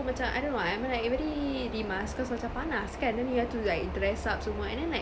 macam I don't know I'm like very rimas cause macam panas kan then you have to like dress up semua and then like